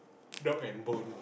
dog and bone